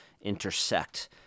intersect